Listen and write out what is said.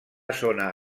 zona